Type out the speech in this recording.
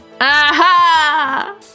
Aha